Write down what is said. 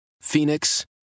Phoenix